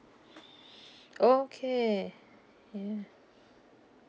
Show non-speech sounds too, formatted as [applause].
[breath] oh okay yeah